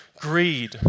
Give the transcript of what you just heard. greed